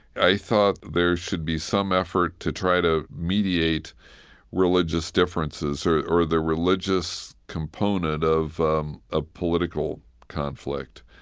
i thought there should be some effort to try to mediate religious differences or or the religious component of um ah political conflict.